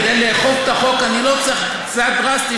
כדי לאכוף את החוק אני לא צריכה צעד דרסטי,